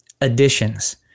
additions